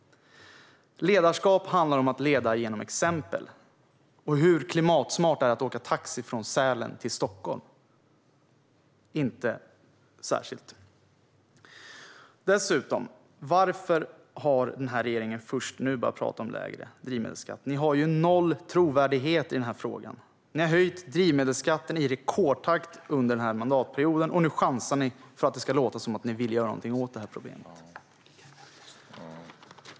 Ledarskap handlar om att leda genom exempel. Hur klimatsmart är det att åka taxi från Sälen till Stockholm? Inte särskilt. Varför har dessutom regeringen först nu börjat tala om lägre drivmedelsskatt? Ni har noll trovärdighet i frågan. Ni har höjt drivmedelsskatten i rekordtakt under mandatperioden, och nu chansar ni för att det ska låta som om ni gör något åt problemet.